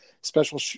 special